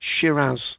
Shiraz